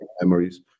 memories